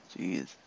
Jeez